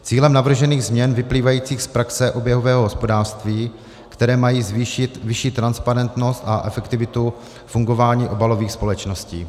Cílem navržených změn vyplývajících z praxe oběhového hospodářství, které mají zvýšit vyšší transparentnost a efektivitu fungování obalových společností.